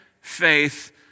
faith